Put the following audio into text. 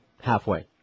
halfway